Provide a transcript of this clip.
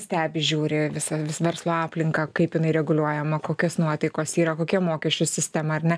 stebi žiūri visą verslo aplinką kaip jinai reguliuojama kokios nuotaikos yra kokia mokesčių sistema ar ne